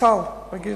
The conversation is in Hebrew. זה בסל, רגיל.